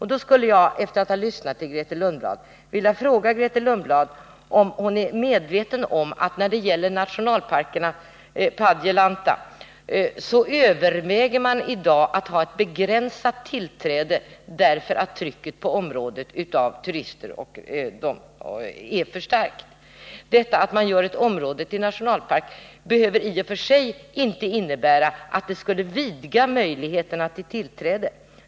Jag skulle, efter att ha lyssnat på Grethe Lundblad, vilja fråga henne om hon är medveten om att man när det gäller nationalparken Padjelanta i dag överväger att ta ut en begränsad inträdesavgift, eftersom trycket från turister på området är för starkt. Det förhållandet att man gör ett område till nationalpark behöver alltså i och för sig inte innebära att möjligheterna till tillträde skulle vidgas.